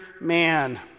man